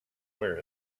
wear